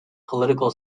political